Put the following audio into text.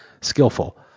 skillful